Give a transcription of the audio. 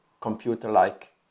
computer-like